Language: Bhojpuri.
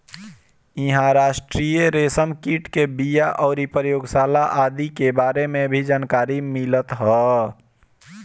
इहां राष्ट्रीय रेशम कीट के बिया अउरी प्रयोगशाला आदि के बारे में भी जानकारी मिलत ह